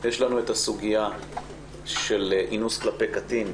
יש לנו סוגיה של אינוס קטין,